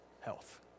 health